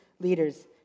Leaders